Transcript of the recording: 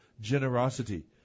generosity